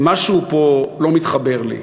משהו פה לא מתחבר לי.